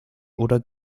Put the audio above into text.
oder